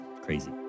crazy